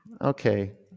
okay